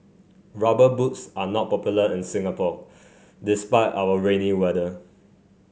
rubber boots are not popular in Singapore despite our rainy weather